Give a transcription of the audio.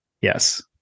Yes